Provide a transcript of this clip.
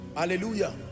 hallelujah